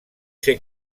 ser